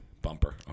Bumper